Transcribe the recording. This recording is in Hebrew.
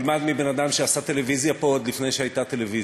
תלמד מבן-אדם שעשה פה טלוויזיה עוד לפני שהייתה טלוויזיה,